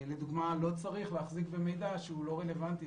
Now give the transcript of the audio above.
לדוגמה לא צריך להחזיק במידע שהוא לא רלוונטי,